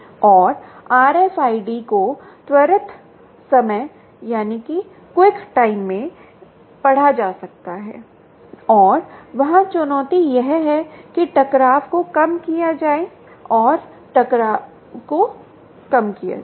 और RFID को त्वरित समय में पढ़ा जा सकता है और वहां चुनौती यह है कि टकराव को कम किया जाए और टकराव को कम किया जाए